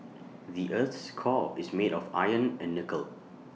the Earth's core is made of iron and nickel